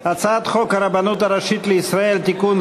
הצעת חוק הרבנות הראשית לישראל (תיקון,